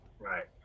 Right